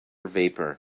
vapor